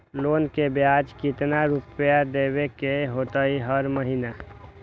Loan के ब्याज कितना रुपैया देबे के होतइ हर महिना?